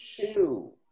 two